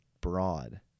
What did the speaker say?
broad